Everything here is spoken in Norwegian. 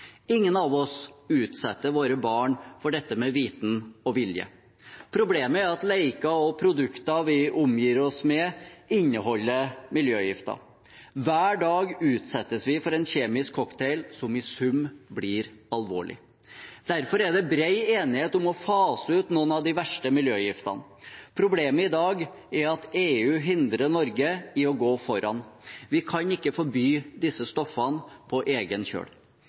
Ingen av oss utsetter våre barn for dette med vitende og vilje. Problemet er at leker og produkter vi omgir oss med, inneholder miljøgifter. Hver dag utsettes vi for en kjemisk cocktail som i sum blir alvorlig. Derfor er det bred enighet om å fase ut noen av de verste miljøgiftene. Problemet i dag er at EU hindrer Norge i å gå foran. Vi kan ikke forby disse stoffene på egen kjøl.